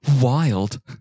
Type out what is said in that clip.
Wild